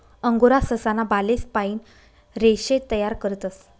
angora ससा ना बालेस पाइन रेशे तयार करतस